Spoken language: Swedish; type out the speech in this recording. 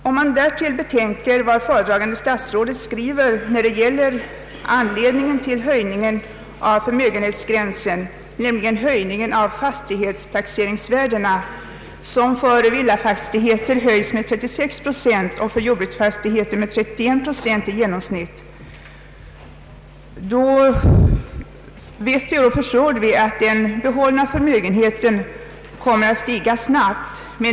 Om man därtill betänker vad föredragande statsrådet skriver om anledningen till höjningen av förmögenhetsgränsen, nämligen höjningen av fastighetstaxeringsvärdena, som för villafastigheter uppgår till 36 procent och för jordbruksfastigheter till 31 procent i genomsnitt, då förstår man att den behållna förmögenheten snabbt kommer att stiga.